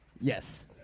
Yes